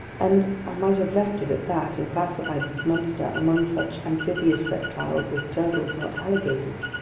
and i might have left it at that and classified this monster among such amphibious reptiles as turtles or alligators.